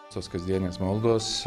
tos kasdienės maldos